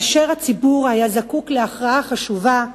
כאשר הציבור היה זקוק להכרעה חשובה,